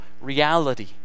reality